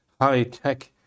high-tech